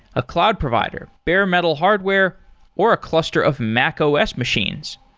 a cloud provider, bare metal hardware or a cluster of macos machines.